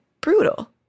brutal